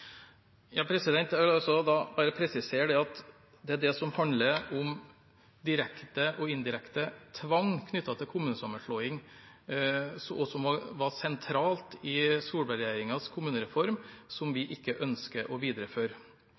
Jeg vil bare presisere at det er det som handler om direkte og indirekte tvang knyttet til kommunesammenslåing, og som var sentralt i Solberg-regjeringens kommunereform, som vi ikke ønsker å videreføre.